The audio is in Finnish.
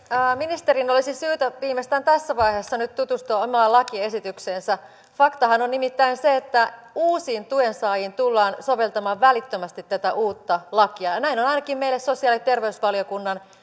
ministerin olisi syytä viimeistään tässä vaiheessa nyt tutustua omaan lakiesitykseensä faktahan on nimittäin se että uusiin tuensaajiin tullaan soveltamaan välittömästi tätä uutta lakia näin on ainakin meille sosiaali ja terveysvaliokunnan